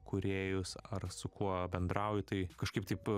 kūrėjus ar su kuo bendrauju tai kažkaip taip